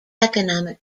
economic